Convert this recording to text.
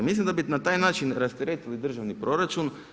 Mislim da bi na taj način rasteretili državni proračun.